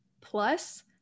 plus